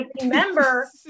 remember